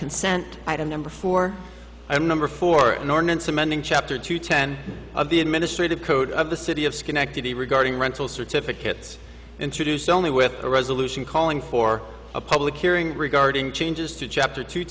consent item number four and number four in ordinance amending chapter two ten of the administrative code of the city of schenectady regarding rental certificates introduced only with a resolution calling for a public hearing regarding changes to chapter two